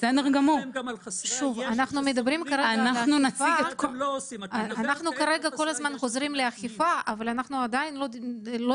אנחנו כל הזמן חוזרים לאכיפה אבל עדיין לא